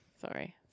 Sorry